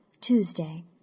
Tuesday